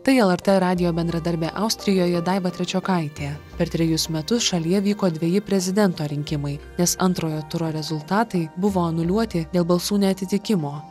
tai lrt radijo bendradarbė austrijoje daiva trečiokaitė per trejus metus šalyje vyko dveji prezidento rinkimai nes antrojo turo rezultatai buvo anuliuoti dėl balsų neatitikimo